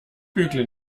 bügle